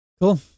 Cool